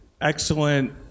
excellent